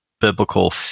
biblical